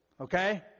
Okay